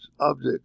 object